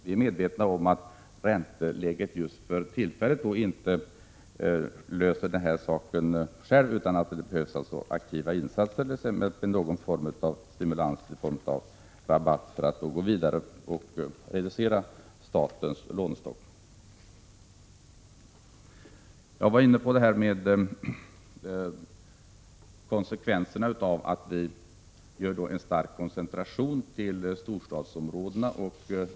Vi är medvetna om att ränteläget just nu inte främjar inlösensintresset. Det behövs aktiva insatser och någon form av stimulans för att reducera statens lånestock. Jag var inne på konsekvenserna av den starka koncentrationen till storstadsområdena.